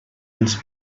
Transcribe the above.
els